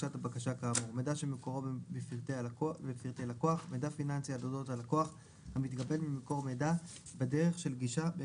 מרכז המידע לבנקאות פתוחה שיפעל שלוש שנים מיום הרפורמה,